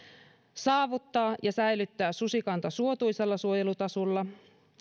saavuttaa ja säilyttää susikanta suotuisalla suojelutasolla